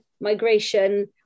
migration